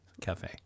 cafe